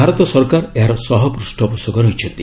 ଭାରତ ସରକାର ଏହାର ସହ ପୂଷ୍ଣପୋଷକ ରହିଛନ୍ତି